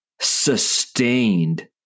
sustained